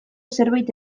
zerbait